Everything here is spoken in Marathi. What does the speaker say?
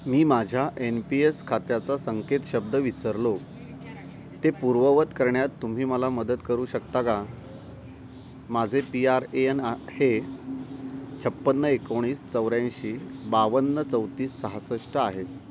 मी माझ्या एन पी एस खात्याचा संकेत शब्द विसरलो ते पूर्ववत करण्यात तुम्ही मला मदत करू शकता का माझे पी आर ए एन आ हे छप्पन्न एकोणीस चौऱ्याऐंशी बावन्न चौतीस सहासष्ट आहे